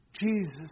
Jesus